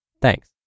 Thanks